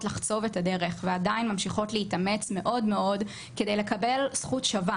לחצוב את הדרך ועדיין ממשיכות להתאמץ מאוד מאוד כדי לקבל זכות שווה